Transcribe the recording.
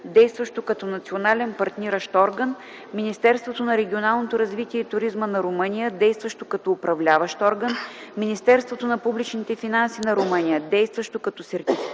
действащо като Национален партниращ орган, Министерството на регионалното развитие и туризма на Румъния, действащо като Управляващ орган, Министерството на публичните финанси на Румъния, действащо като Сертифициращ